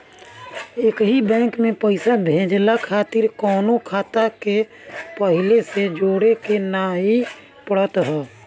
एकही बैंक में पईसा भेजला खातिर कवनो खाता के पहिले से जोड़े के नाइ पड़त हअ